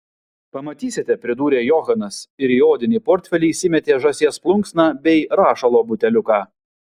pamatysite pridūrė johanas ir į odinį portfelį įsimetė žąsies plunksną bei rašalo buteliuką